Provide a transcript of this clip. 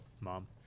Mom